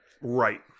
Right